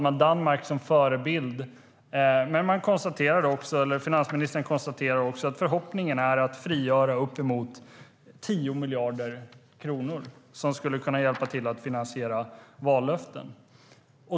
Men finansministern konstaterar också i intervjun att förhoppningen är att kunna frigöra uppemot 10 miljarder kronor som skulle kunna hjälpa till att finansiera vallöften.